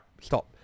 stop